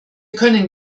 können